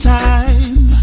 time